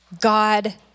God